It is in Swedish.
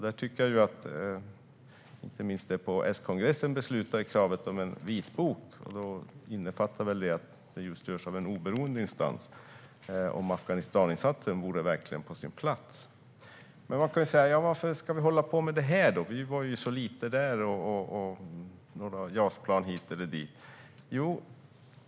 Där tycker jag att inte minst det på S-kongressen beslutade kravet om en vitbok, vilket innefattar att den görs av en oberoende instans, om Afghanistaninsatsen verkligen är på sin plats. Varför ska vi hålla på med det här då? Vi var ju där så lite; det var några JAS-plan hit eller dit.